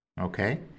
Okay